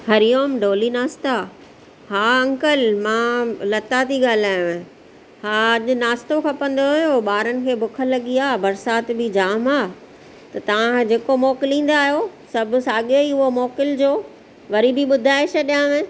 हरिओम Dolly नाश्ता हा uncle मां लता थी ॻाल्हायां हा अॼु नाश्तो खपंदो हुओ ॿारनि खे बुखु लॻी आहे बरिसात बि जाम आहे त तव्हां जेको मोकिलींदा आहियो सभु साॻे ई उहो मोकिलिजो वरी बि ॿुधाए छॾियांव